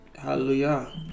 Hallelujah